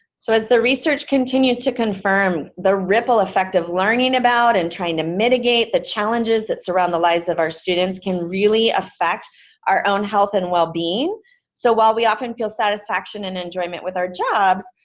so as the research continues to confirm, the ripple effect of learning about and trying to mitigate the challenges that surround the lives of our students can really affect our own health and well-being. so while we often feel satisfaction and enjoyment with our jobs,